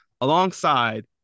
alongside